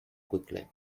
quickly